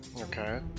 okay